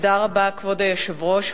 כבוד היושב-ראש,